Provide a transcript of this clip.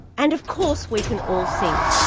and, of course, we can all sing.